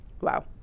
Wow